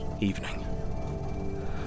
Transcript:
Evening